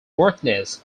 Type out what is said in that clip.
martinez